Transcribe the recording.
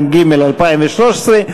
התשע"ג 2013,